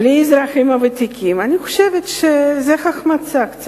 בלי האזרחים הוותיקים, אני חושבת שזאת קצת החמצה.